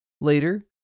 later